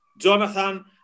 Jonathan